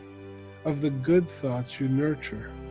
of the good thoughts you nurture,